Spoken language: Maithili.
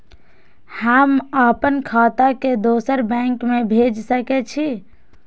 हम आपन खाता के दोसर बैंक में भेज सके छी?